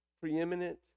preeminent